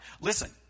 Listen